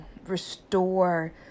Restore